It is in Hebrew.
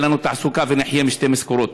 תהיה לנו תעסוקה ונחיה משתי משכורות.